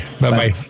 Bye-bye